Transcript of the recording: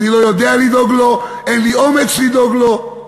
אני לא יודע לדאוג לו, אין לי אומץ לדאוג לו.